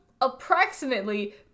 approximately